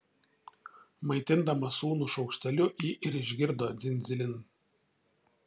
maitindama sūnų šaukšteliu ji ir išgirdo dzin dzilin